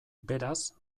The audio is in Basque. beraz